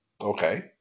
Okay